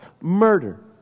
murder